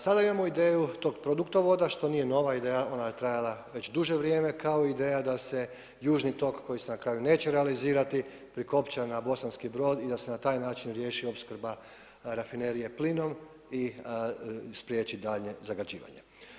Sada imamo ideju tog produktovoda što nije nova ideja, ona je trajala već duže vrijeme kao i ideja da se južni tok koji se na kraju neće realizirati, prikopča na Bosanski Brod i na se na taj način riješi opskrba rafinerije plinom i spriječi daljnje zagađivanje.